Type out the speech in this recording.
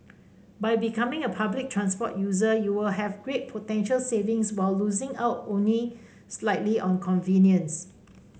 by becoming a public transport user you will have great potential savings while losing out only slightly on convenience